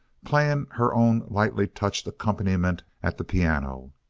playing her own lightly-touched accompaniment at the piano.